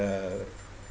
the